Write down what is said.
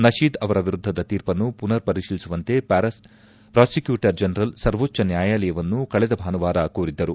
ನಶೀದ್ ಅವರ ವಿರುದ್ದದ ತೀರ್ಪನ್ನು ಪುನರ್ ಪರಿಶೀಲಿಸುವಂತೆ ಪ್ರಾಸಿಕ್ಟೂಟರ್ ಜನರಲ್ ಸರ್ವೋಚ್ದ ನ್ಞಾಯಾಲಯವನ್ನು ಕಳೆದ ಭಾನುವಾರ ಕೋರಿದ್ದರು